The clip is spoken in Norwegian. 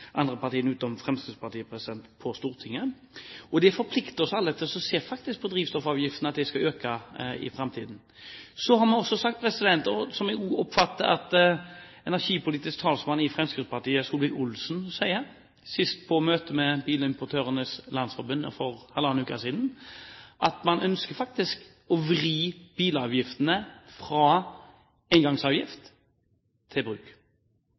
andre partiene, unntatt Fremskrittspartiet, på Stortinget, og det forplikter oss alle til faktisk å se på drivstoffavgiftene og om de skal økes i framtiden. Så har vi også sagt, som jeg også oppfatter at energipolitisk talsmann i Fremskrittspartiet, Solvik-Olsen, sier, sist på møtet med Bilimportørenes Landsforening for halvannen uke siden, at vi ønsker å vri bilavgiftene fra engangsavgift til bruk.